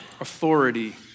Authority